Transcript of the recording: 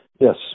Yes